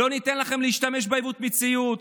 לא ניתן לכם להשתמש בעיוות המציאות,